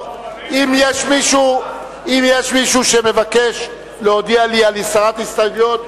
אם מישהו מבקש להודיע לי על הסרת הסתייגויות,